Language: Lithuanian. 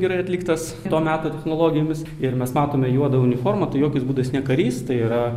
gerai atliktas to meto technologijomis ir mes matome juodą uniformą tai jokiais būdais ne karys tai yra